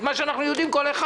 את מה שכל אחד מאיתנו יודע.